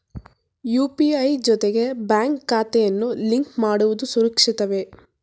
UPI ಜೊತೆಗೆ bank ಖಾತೆಯನ್ನು link ಮಾಡುವುದು ಸುರಕ್ಷಿತವೇ?